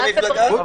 איזו מפלגה?